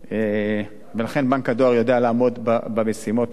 ולכן בנק הדואר יודע לעמוד במשימות האלה,